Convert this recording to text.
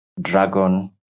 dragon